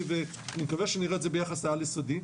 אבל אני מקווה שנראה את זה ביחס לעל יסודיים,